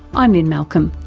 i'm lynne malcolm,